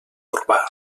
urbà